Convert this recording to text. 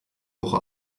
woche